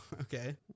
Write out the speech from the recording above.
okay